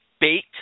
bait